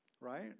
right